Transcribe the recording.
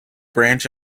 branch